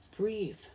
breathe